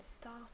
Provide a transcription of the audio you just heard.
start